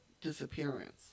disappearance